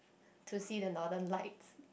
to see the northern lights